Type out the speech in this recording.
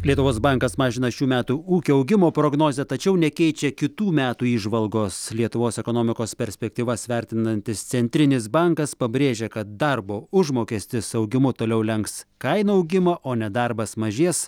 lietuvos bankas mažina šių metų ūkio augimo prognozę tačiau nekeičia kitų metų įžvalgos lietuvos ekonomikos perspektyvas vertinantis centrinis bankas pabrėžia kad darbo užmokestis augimu toliau lenks kainų augimą o nedarbas mažės